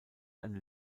eine